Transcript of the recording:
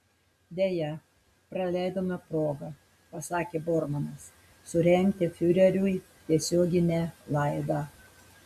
deja praleidome progą pasakė bormanas surengti fiureriui tiesioginę laidą